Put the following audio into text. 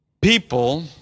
People